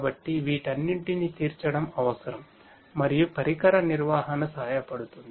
కాబట్టి వీటన్నింటినీ తీర్చడం అవసరం మరియు పరికర నిర్వహణ సహాయపడుతుంది